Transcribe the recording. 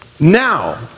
Now